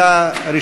אם כן,